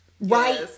right